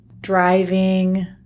driving